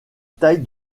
taille